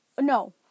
No